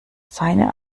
seine